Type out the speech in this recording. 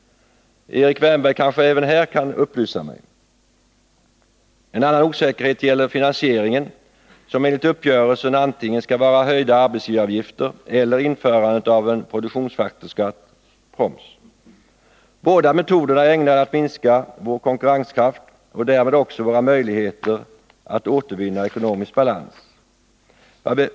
Erik Wärnberg kanske även här kan upplysa mig. En annan osäkerhet gäller finansieringen, som enligt uppgörelsen antingen skall vara höjda arbetsgivaravgifter eller införandet av produktionsfaktorsskatt — proms. Båda metoderna är ägnade att minska vår konkurrenskraft och därmed också våra möjligheter att återvinna ekonomisk balans.